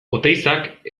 oteizak